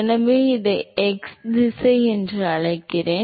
எனவே இதை x திசை என்று அழைக்கிறேன்